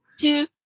Two